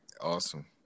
Awesome